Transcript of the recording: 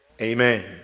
Amen